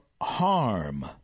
harm